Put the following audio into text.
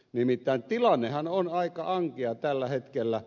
nimittäin tilannehan on aika ankea tällä hetkellä